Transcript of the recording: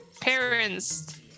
parents